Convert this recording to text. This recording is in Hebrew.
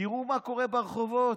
תראו מה קורה ברחובות,